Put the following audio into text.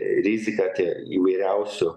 rizika tie įvairiausių